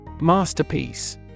Masterpiece